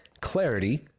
clarity